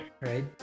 Right